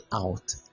out